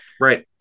Right